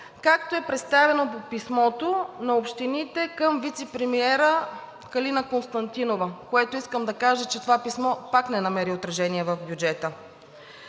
както е представено по писмото на общините към вицепремиера Калина Константинова. За това писмо искам да кажа, че пак не намери отражение в бюджета.